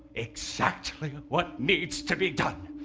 exactly what needs to be done!